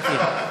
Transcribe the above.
כספים.